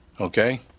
okay